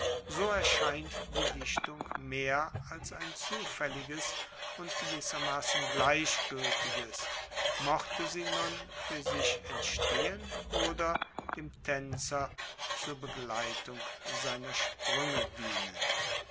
so erscheint die dichtung mehr als ein zufaelliges und gewissermassen gleichgueltiges mochte sie nun fuer sich entstehen oder dem taenzer zur begleitung seiner spruenge dienen